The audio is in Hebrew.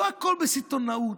לא הכול בסיטונאות.